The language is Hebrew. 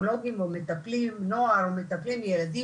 לטיפול אצל פסיכולוגים או מטפלים בנוער או מטפלים בילדים,